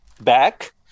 back